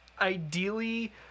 ideally